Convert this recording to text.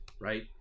right